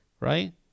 right